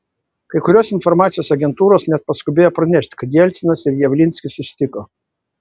kai kurios informacijos agentūros net paskubėjo pranešti kad jelcinas ir javlinskis susitiko